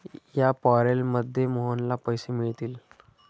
या पॅरोलमध्ये मोहनला पैसे मिळतील